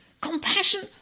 compassion